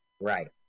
Right